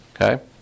Okay